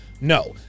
No